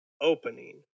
opening